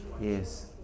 Yes